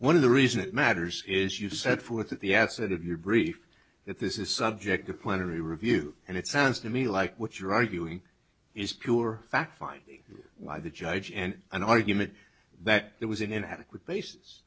one of the reason it matters is you set forth at the outset of your brief that this is subject to plenary review and it sounds to me like what you're arguing is pure fact finding why the judge and an argument that there was an adequate basis